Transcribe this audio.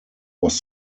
was